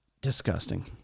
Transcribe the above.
Disgusting